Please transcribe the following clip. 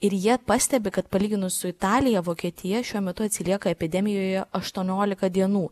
ir jie pastebi kad palyginus su italija vokietija šiuo metu atsilieka epidemijoje aštuoniolika dienų